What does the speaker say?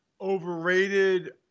Overrated